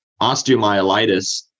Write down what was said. osteomyelitis